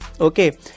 okay